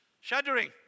shuddering